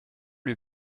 lui